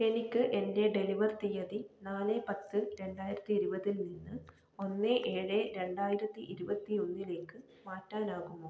എനിക്ക് എന്റെ ഡെലിവർ തീയതി നാല് പത്ത് രണ്ടായിരത്തി ഇരുപതിൽ നിന്ന് ഒന്ന് ഏഴ് രണ്ടായിരത്തി ഇരുപത്തിയൊന്നിലേക്ക് മാറ്റാനാകുമോ